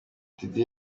diddy